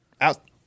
out